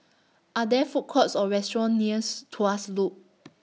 Are There Food Courts Or restaurants nears Tuas Loop